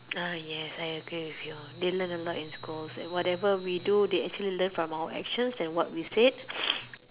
uh yes I agree with you they learn a lot in school and whatever we do they actually learn from our actions and what we said